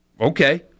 okay